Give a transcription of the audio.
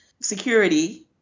security